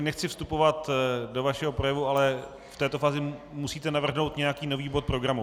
Nechci vstupovat do vašeho projevu, ale v této fázi musíte navrhnout nějaký nový bod programu.